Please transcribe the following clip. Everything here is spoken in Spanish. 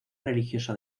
religiosa